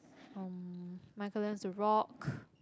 um Michael learns to Rock